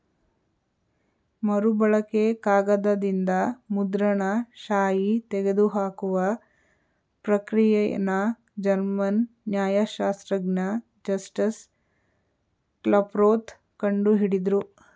ಮರುಬಳಕೆ ಕಾಗದದಿಂದ ಮುದ್ರಣ ಶಾಯಿ ತೆಗೆದುಹಾಕುವ ಪ್ರಕ್ರಿಯೆನ ಜರ್ಮನ್ ನ್ಯಾಯಶಾಸ್ತ್ರಜ್ಞ ಜಸ್ಟಸ್ ಕ್ಲಾಪ್ರೋತ್ ಕಂಡು ಹಿಡುದ್ರು